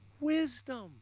wisdom